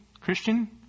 Christian